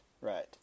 right